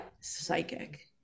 psychic